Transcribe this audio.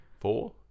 Four